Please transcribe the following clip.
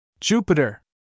Jupiter